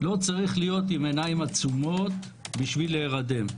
לא צריך להיות עם עיניים עצומות בשביל להירדם.